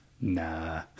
Nah